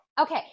Okay